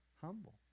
humble